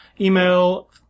Email